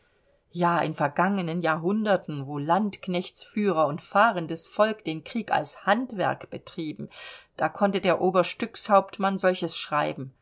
ja in vergangenen jahrhunderten wo landknechtsführer und fahrendes volk den krieg als handwerk betrieben da konnte der oberststückhauptmann solches schreiben